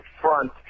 front